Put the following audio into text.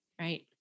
Right